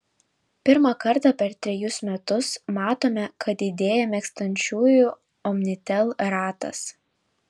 pirmą kartą per trejus metus matome kad didėja mėgstančiųjų omnitel ratas